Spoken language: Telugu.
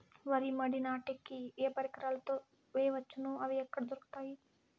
వరి మడి నాటే కి ఏ పరికరాలు తో వేయవచ్చును అవి ఎక్కడ దొరుకుతుంది?